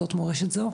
אודות מורשת זו.